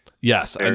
Yes